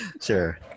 sure